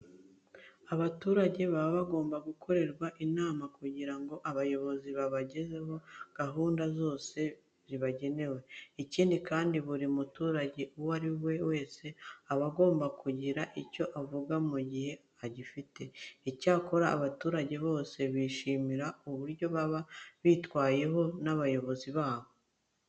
Abaturage baba bagomba gukorerwa inama kugira ngo abayobozi babagezeho gahunda zose zibagenewe. Ikindi kandi buri muturage uwo ari we wese aba agomba kugira icyo avuga mu gihe agifite. Icyakora abaturage bose bishimira uburyo baba bitaweho n'abayobozi babo.